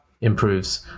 improves